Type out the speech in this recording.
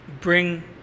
bring